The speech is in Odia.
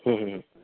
ହୁଁ ହୁଁ ହୁଁ